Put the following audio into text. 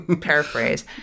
paraphrase